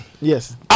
Yes